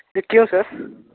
کیوں سر